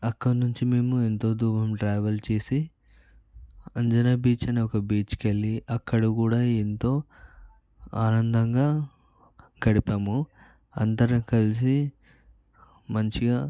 అక్కడి నుంచి మేము ఎంతో దూరం ట్రావెల్ చేసి అంజూనా బీచ్ అని ఒక బీచ్కి వెళ్ళి అక్కడ కూడా ఎంతో ఆనందంగా గడిపాము అందరం కలిసి మంచిగా